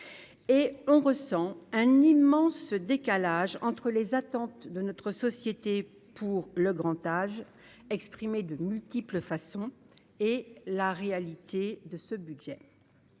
et on ressent un immense ce décalage entre les attentes de notre société pour le grand âge, exprimer de multiples façons et la réalité de ce budget